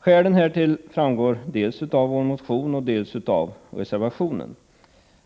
Skälen härtill framgår dels av vår motion, dels av reservationen.